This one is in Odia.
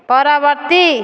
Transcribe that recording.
ପରବର୍ତ୍ତୀ